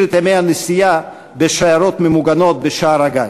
את ימי הנסיעה בשיירות ממוגנות בשער-הגיא.